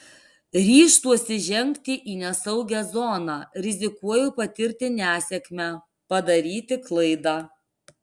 ryžtuosi žengti į nesaugią zoną rizikuoju patirti nesėkmę padaryti klaidą